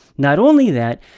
not only that,